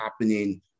happening